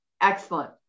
excellent